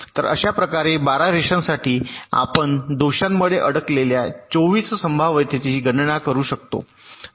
तर अशा प्रकारे 12 रेषांसाठी आपण दोषांमधे अडकलेल्या 24 संभाव्यतेची गणना करू शकतो